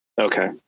Okay